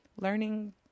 learning